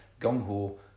gung-ho